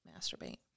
masturbate